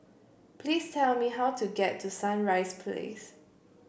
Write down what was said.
please tell me how to get to Sunrise Place